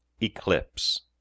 Eclipse